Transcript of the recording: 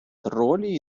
тролі